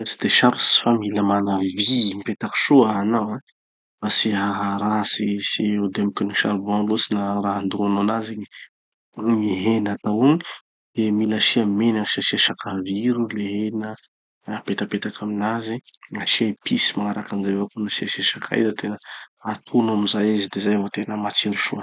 Tsy de sarotsy fa mila mana vy mipetaky soa hanao an mba tsy haharatsy tsy ho demokin'ny charbon loatsy na raha andoroanao anazy vo gny hena atao igny. De mila asia menaky asia sakaviro le hena na apetapetaky aminazy na asia épices. Magnaraky anizay avao koa no asiasia sakay da tena. Atono amizay izy de zay vo tena matsiro soa.